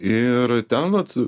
ir ten vat